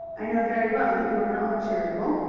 i know very well that you are not charitable.